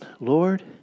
Lord